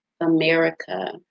America